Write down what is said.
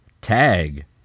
tag